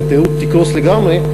והתיירות תקרוס לגמרי,